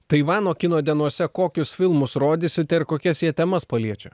taivano kino dienose kokius filmus rodysit ir kokias jie temas paliečia